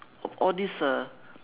of all these uh